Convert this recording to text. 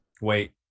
Wait